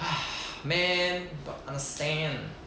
man don't understand